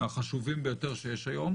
מהחשובים ביותר שיש היום,